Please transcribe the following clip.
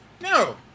No